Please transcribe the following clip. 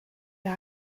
you